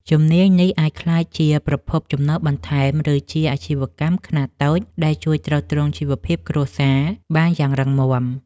ជំនាញនេះអាចក្លាយជាប្រភពចំណូលបន្ថែម ឬជាអាជីវកម្មខ្នាតតូចដែលជួយទ្រទ្រង់ជីវភាពគ្រួសារបានយ៉ាងរឹងមាំ។